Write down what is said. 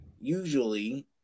usually